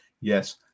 Yes